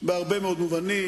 בהרבה מאוד מובנים,